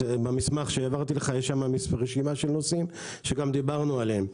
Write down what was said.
במסמך שהעברתי לך יש רשימה של נושאים שגם דיברנו עליהם.